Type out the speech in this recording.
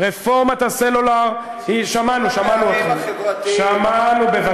אני אומר לך, שמענו, שמענו אתכם.